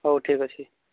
ହଉ ଠିକ୍ ଅଛି